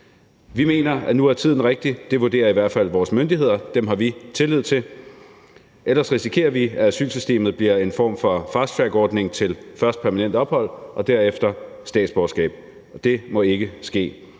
Vi mener, at nu er tiden rigtig, det vurderer i hvert fald vores myndigheder, og dem har vi tillid til, ellers risikerer vi, at asylsystemet bliver en form for fasttrackordning til først permanent ophold og derefter statsborgerskab, og det må ikke ske.